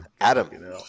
Adam